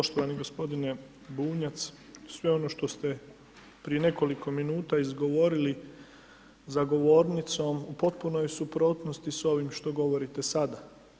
Poštovani gospodine Bunjac, sve ono što ste prije nekoliko minuta izgovorili za govornicom u potpunoj je suprotnosti s ovim što govorite sada.